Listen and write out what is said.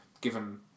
given